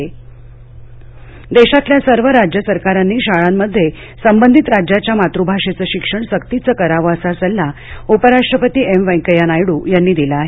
उपराष्ट्रपती देशातल्या सर्व राज्य सरकारांनी शाळांमध्ये संबंधित राज्याच्या मातृभाषेचं शिक्षण सक्तीच करावं असा सल्ला उपराष्ट्रपती एम वैकाय्य नायडू यांनी दिला आहे